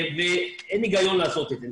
הן הגיון לעשות את זה.